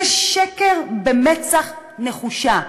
זה שקר במצח נחושה.